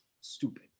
stupid